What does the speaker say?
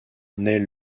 naît